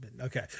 okay